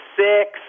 six